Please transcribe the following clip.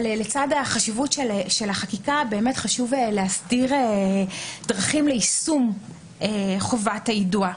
אבל לצד החשיבות של החקיקה חשוב להסדיר דרכים ליישום חובת היידוע,